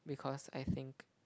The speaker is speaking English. because I think